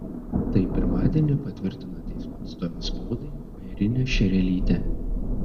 tai pirmadienį patvirtino teismo atstovė spaudai airinė šerelytė